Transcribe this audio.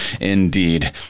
indeed